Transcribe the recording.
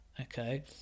Okay